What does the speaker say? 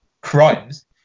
crimes